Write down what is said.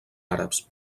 àrabs